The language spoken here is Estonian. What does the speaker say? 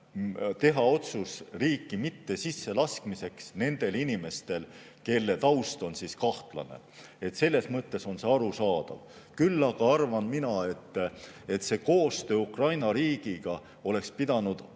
teha otsust riiki mitte sisse lasta neid inimesi, kelle taust on kahtlane. Selles mõttes on see arusaadav. Küll aga arvan mina, et koostöö Ukraina riigiga oleks pidanud